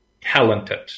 talented